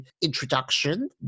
introduction